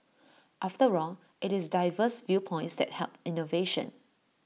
after all IT is diverse viewpoints that help innovation